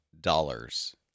dollars